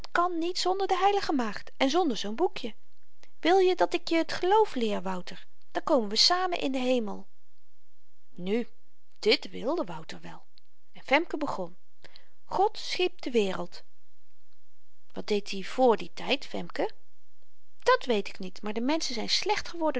kan niet zonder de heilige maagd en zonder zoo'n boekje wilje dat ik je t geloof leer wouter dan komen we samen in den hemel nu dit wilde wouter wel en femke begon god schiep de wereld wat deed hy vr dien tyd femke dat weet ik niet maar de menschen zyn slecht geworden